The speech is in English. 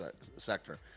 sector